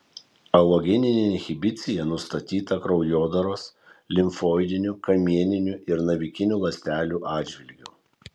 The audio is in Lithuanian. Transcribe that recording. alogeninė inhibicija nustatyta kraujodaros limfoidinių kamieninių ir navikinių ląstelių atžvilgiu